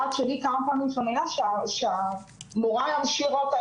כמה פעמים קרה שהמורה השאירה את הסייעת